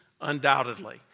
undoubtedly